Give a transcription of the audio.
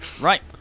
Right